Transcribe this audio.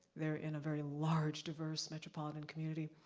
they're in a very large diverse metropolitan community.